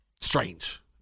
strange